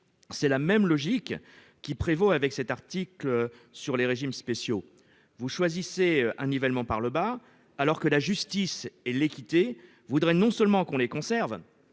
C'est la même logique qui prévaut avec cet article sur les régimes spéciaux. Vous choisissez un nivellement par le bas, alors que la justice et l'équité voudraient non seulement qu'on les conserve,